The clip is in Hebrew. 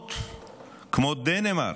מדינות כמו דנמרק,